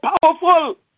powerful